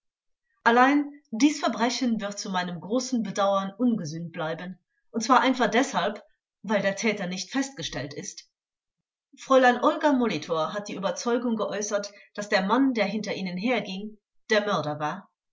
allein dies verbrechen wird zu meinem großen bedauern ungesühnt bleiben und zwar einfach deshalb weil der täter nicht festgestellt ist frl olga molitor hat die überzeugung geäußert daß der mann der hinter ihnen herging der mörder war